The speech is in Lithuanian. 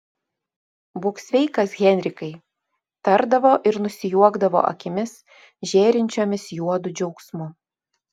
būk sveikas henrikai tardavo ir nusijuokdavo akimis žėrinčiomis juodu džiaugsmu